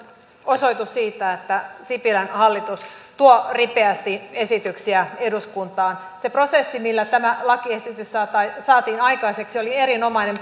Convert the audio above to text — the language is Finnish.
osoitus siitä että sipilän hallitus tuo ripeästi esityksiä eduskuntaan se prosessi millä tämä lakiesitys saatiin saatiin aikaiseksi oli erinomainen